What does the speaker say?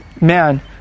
man